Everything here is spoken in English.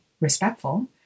respectful